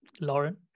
Lauren